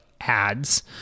ads